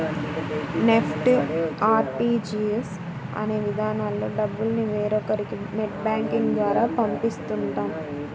NEFT, RTGS అనే విధానాల్లో డబ్బుల్ని వేరొకరికి నెట్ బ్యాంకింగ్ ద్వారా పంపిస్తుంటాం